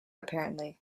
ended